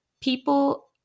people